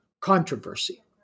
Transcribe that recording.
controversy